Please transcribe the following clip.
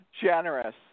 generous